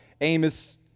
Amos